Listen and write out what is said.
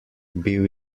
bil